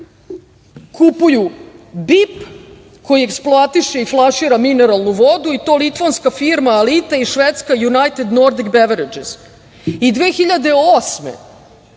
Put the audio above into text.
kupuju BIP, koji eksploatiše i flašira mineralnu vodu, i to litvanska firma „Alita“ i švedska „United Nordic Beverages“.Godine 2008.